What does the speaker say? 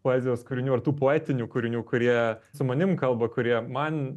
poezijos kūrinių ar tų poetinių kūrinių kurie su manim kalba kurie man